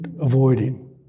avoiding